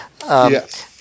Yes